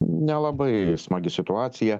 nelabai smagi situacija